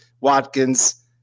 Watkins